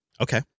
Okay